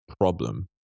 problem